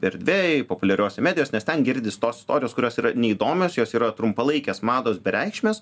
erdvėj populiariose medijose nes ten girdisi tos istorijos kurios yra neįdomios jos yra trumpalaikės mados bereikšmės